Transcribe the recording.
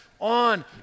on